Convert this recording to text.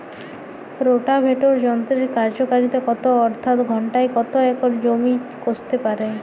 Rotavator যন্ত্রের কার্যকারিতা কত অর্থাৎ ঘণ্টায় কত একর জমি কষতে পারে?